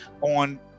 on